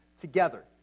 together